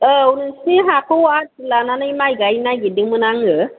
औ नोंसिनि हाखौ आदि लानानै माइ गायनो नागेरदोंमोन आङो